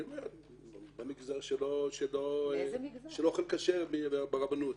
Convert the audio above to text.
במגזר שלא אוכל כשר ברבנות.